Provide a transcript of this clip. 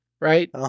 right